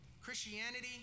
Christianity